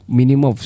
minimum